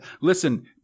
Listen